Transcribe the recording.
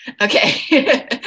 Okay